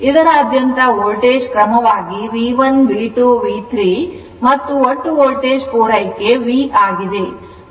ಇದರಾದ್ಯಂತ voltage ಕ್ರಮವಾಗಿ V1 V2 V3 ಮತ್ತು ಒಟ್ಟು ಪೂರೈಕೆ ವೋಲ್ಟೇಜ್ ಪೂರೈಕೆ V ಆಗಿದೆ